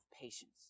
patience